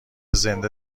زنده